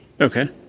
Okay